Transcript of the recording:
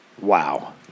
wow